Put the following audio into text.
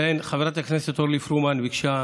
אציין שחברת הכנסת אורלי פרומן ביקשה,